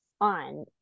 on